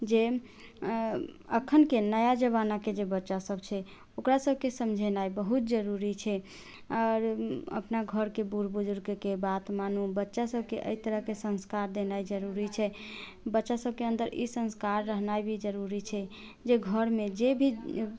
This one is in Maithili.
जे एखनके नया जमानाके जे बच्चा सब छै ओकरा सबके समझेनाइ बहुत जरुरी छै आओर अपना घरके बुढ बुजुर्गके बात मानू बच्चा सबके अइ तरहके संस्कार देनाइ जरुरी छै बच्चा सबके अन्दर ई संस्कार रहनाइ भी जरुरी छै जे घरमे जे भी